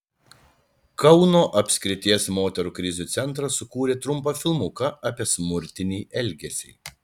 kauno apskrities moterų krizių centras sukūrė trumpą filmuką apie smurtinį elgesį